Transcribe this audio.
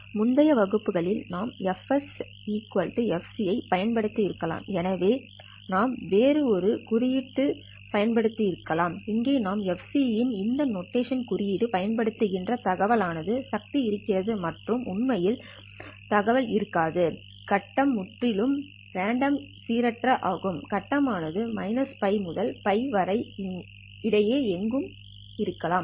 முந்தைய வகுப்புகளில் நாம் fsfc ஐப் பயன்படுத்தியிருக்கலாம் எனவே நாம் வேறு ஒரு குறியீடு பயன்படுத்தியிருக்கலாம் இங்கே நாம் FC இன் இந்த நோட்டேஷன் குறியீடு பயன்படுத்துகின்ற தகவல் ஆனது சக்தி இருக்கிறது மற்றும் உண்மையில் கட்ட தகவல் இருக்காது கட்டம் முற்றிலும் ரேன்டம் சீரற்ற ஆகும் கட்டம் ஆனது -Л முதல் Л வரை இடையே எங்கும் இருக்கலாம்